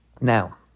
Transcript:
Now